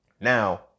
now